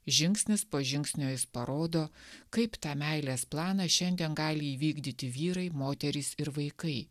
žingsnis po žingsnio jis parodo kaip tą meilės planą šiandien gali įvykdyti vyrai moterys ir vaikai